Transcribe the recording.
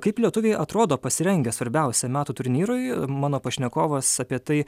kaip lietuviai atrodo pasirengę svarbiausiam metų turnyrui mano pašnekovas apie tai